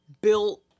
built